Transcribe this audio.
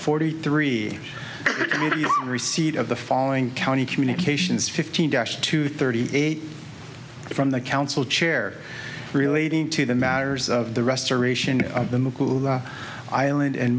forty three receipt of the following county communications fifteen dash two thirty eight from the council chair relating to the matters of the restoration of the island and